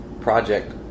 project